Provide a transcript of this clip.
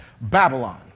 Babylon